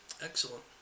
Excellent